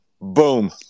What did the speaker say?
Boom